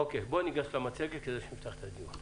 אוקי, בואו ניגש למצגת ונפתח את הדיון.